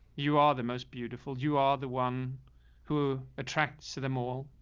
you are the most beautiful. you are the one who attracts to them all.